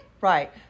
Right